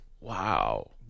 Wow